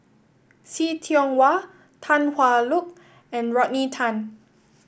See Tiong Wah Tan Hwa Luck and Rodney Tan